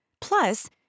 Plus